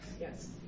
Yes